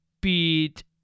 Beat